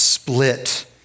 split